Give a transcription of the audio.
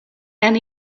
and